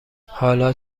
حالا